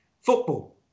football